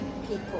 people